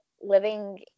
living